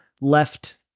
left